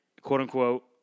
quote-unquote